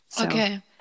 Okay